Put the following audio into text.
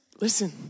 listen